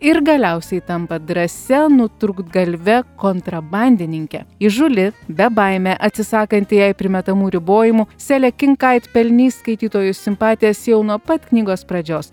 ir galiausiai tampa drąsia nutrūktgalve kontrabandininke įžūli bebaimė atsisakanti jai primetamų ribojimų selė kinkaid pelnys skaitytojų simpatijas jau nuo pat knygos pradžios